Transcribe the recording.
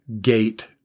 gate